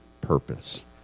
purpose